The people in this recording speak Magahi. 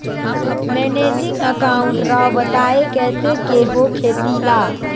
मैनेजिंग अकाउंट राव बताएं कैसे के हो खेती ला?